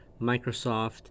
Microsoft